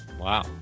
Wow